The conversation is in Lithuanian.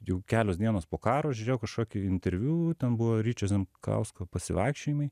jau kelios dienos po karo žiūrėjau kažkokį interviu ten buvo ryčio zemkausko pasivaikščiojimai